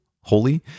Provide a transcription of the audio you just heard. holy